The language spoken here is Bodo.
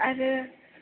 आरो